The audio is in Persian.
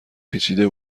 پیچیده